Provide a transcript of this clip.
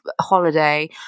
holiday